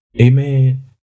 Amen